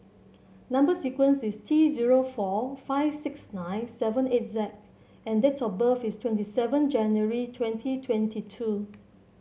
number sequence is T zero four five six nine seven eight Z and date of birth is twenty seven January twenty twenty two